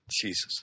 Jesus